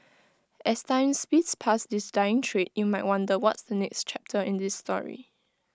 as time speeds past this dying trade you might wonder what's the next chapter in this story